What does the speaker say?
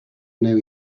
know